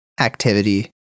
activity